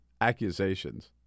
accusations